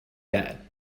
that